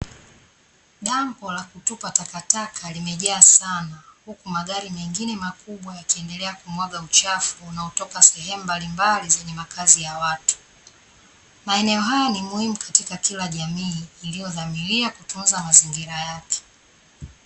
Dampo la kutupa takataka limejaa sana, huku magari mengine makubwa yakiendelea kumwaga uchafu unaotoka sehemu mbalimbali zenye makazi ya watu. Maeneo haya ni muhimu katika kila jamii iliyodhamiria kutunza mazingira yake.